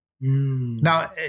Now